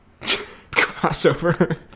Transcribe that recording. crossover